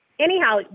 Anyhow